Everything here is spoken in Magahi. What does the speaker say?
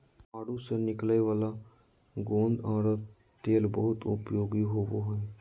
आडू से निकलय वाला गोंद और तेल बहुत उपयोगी होबो हइ